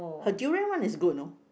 her durian one is good you know